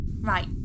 Right